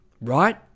right